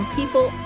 people